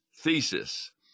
thesis